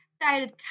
dated